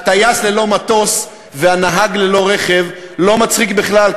הטייס ללא מטוס והנהג ללא רכב לא מצחיקים בכלל,